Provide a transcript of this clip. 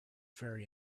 very